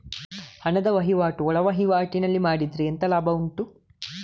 ಹಣದ ವಹಿವಾಟು ಒಳವಹಿವಾಟಿನಲ್ಲಿ ಮಾಡಿದ್ರೆ ಎಂತ ಲಾಭ ಉಂಟು?